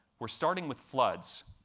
we're starting with floods,